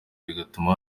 bigatuma